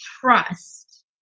trust